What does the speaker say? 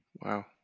Wow